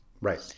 Right